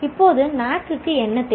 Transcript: இப்போது NAAC க்கு என்ன தேவை